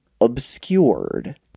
obscured